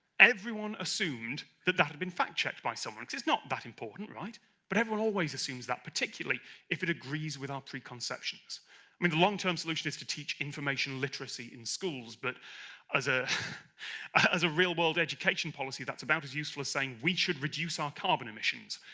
everyone assumed that that had been fact-checked by someone. it's it's not that important but everyone always assumes that particularly if it agrees with our preconceptions i mean the long-term solution is to teach information literacy in schools. but as ah as a real-world education policy that's about as useful as saying we should reduce our carbon emissions.